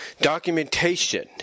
documentation